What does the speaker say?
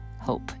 hope